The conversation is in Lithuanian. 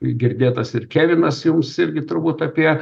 girdėtas ir kelvinas jums irgi turbūt apie